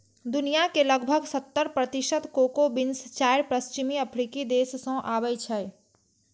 दुनिया के लगभग सत्तर प्रतिशत कोको बीन्स चारि पश्चिमी अफ्रीकी देश सं आबै छै